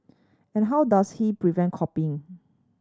and how does he prevent copying